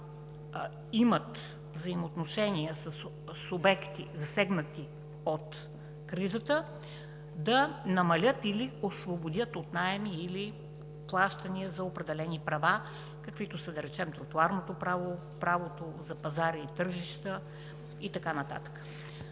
имат взаимоотношения със субекти, засегнати от кризата, да намалят или освободят от наеми или плащания за определени права, каквито са да речем: тротоарното право, правото за пазари и тържища и така нататък.